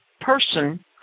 person